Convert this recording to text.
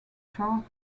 chart